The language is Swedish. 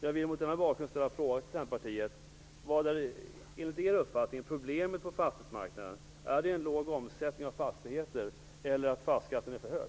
Jag vill mot denna bakgrund ställa en fråga till Centerpartiet: Vad är enligt er uppfattning problemet på fastighetsmarknaden? Är det en låg omsättning av fastigheter eller är det att fastighetsskatten är för hög?